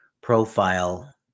profile